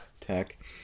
tech